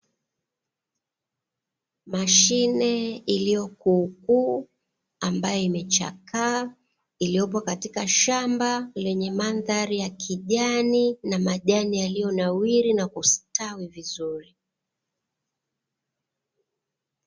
Mashine iliyo kuukuu ambayo imechakaa, iliyopo katika shamba lenye mandhari ya kijani na majani yaliyo nawiri, nakustawi vizuri.